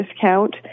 discount